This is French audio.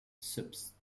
subsp